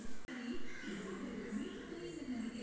ಯಾವ್ದ್ ವಸ್ತುವಿನ ಮೌಲ್ಯಕ್ಕ ಮೊತ್ತ ಇಲ್ಲ ಬೆಲೆ ಅಂತಾರ